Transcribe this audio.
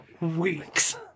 weeks